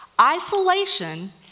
Isolation